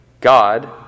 God